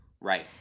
right